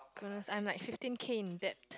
goodness I'm like fifteen K in debt